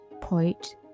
point